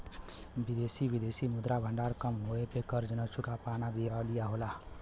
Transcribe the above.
विदेशी विदेशी मुद्रा भंडार कम होये पे कर्ज न चुका पाना दिवालिया होला